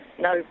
no